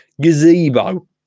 gazebo